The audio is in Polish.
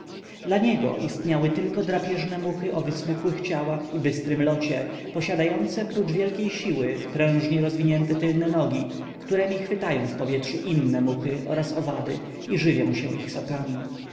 dla niego istniały tylko drapieżne muchy o wysmukłych ciałach i bystrym locie posiadające prócz wielkiej siły potężnie rozwinięte tylne nogi któremi chwytają w powietrzu inne muchy oraz owady i żywią się ich sokami